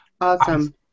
Awesome